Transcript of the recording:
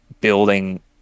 building